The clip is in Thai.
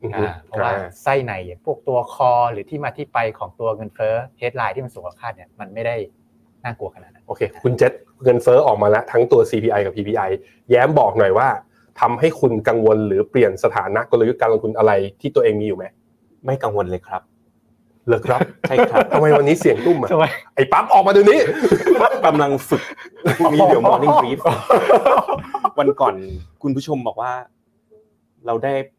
อือฮึอ่า เพราะว่าใช่ไส้ในอย่างพวกตัว core หรือที่มาที่ไปของตัวเงินเฟ้อ headline ที่มันสูงกว่าคาดเนี่ย มันไม่ได้น่ากลัวขนาดนั้นโอเค คุณเจษ เงินเฟ้อออกมาแล้วทั้งตัว CPI กับ PPI แย้มบอกหน่อยว่าทำให้คุณกังวลหรือเปลี่ยนสถานะกลยุทธ์การลงทุนอะไรที่ตัวเองมีอยู่ไหม?ไม่กังวลเลยครับเหรอครับ?ใช่ครับทำไมวันนี้เสียงนุ่มอ่ะ?ทำไม?ไอ้ปั๊บออกมาเดี๋ยวนี้กำลังฝึก พรุ่งนี้เดี๋ยว morning brief วันก่อนคุณผู้ชมบอกว่าเราได้